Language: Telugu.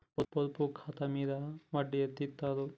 పొదుపు ఖాతా మీద వడ్డీ ఎంతిస్తరు?